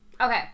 Okay